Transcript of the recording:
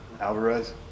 Alvarez